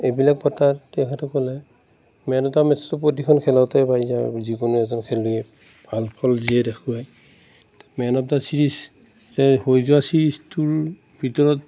এইবিলাক বঁটা তেখেতসকলে মেন অফ দা মেটচ্টো প্ৰতিখন খেলতে পায় ইয়াৰ যিকোনো এজন খেলুৱৈয়ে ভাল ফল যিয়ে দেখুৱাই মেন অফ দা চিৰিজ হৈ যোৱা চিৰিজটোৰ ভিতৰত